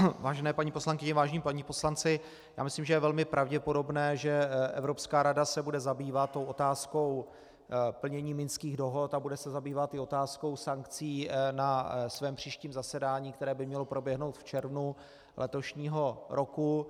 Vážené paní poslankyně, vážení páni poslanci, já myslím, že je velmi pravděpodobné, že Evropská rada se bude zabývat tou otázkou plnění minských dohod a bude se zabývat i otázkou sankcí na svém příštím zasedání, které by mělo proběhnout v červnu letošního roku.